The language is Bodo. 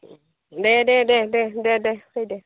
दे दे दे दे फै दे